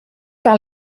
par